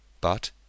But